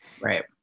right